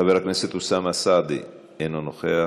חבר הכנסת אוסאמה סעדי, אינו נוכח,